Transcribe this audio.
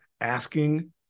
asking